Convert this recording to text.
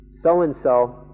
so-and-so